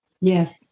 Yes